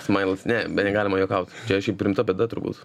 smailas ne be negalima juokaut čia šiaip rimta bėda turbūt